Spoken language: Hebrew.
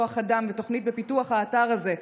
כוח אדם ותוכנית לפיתוח האתר הזה,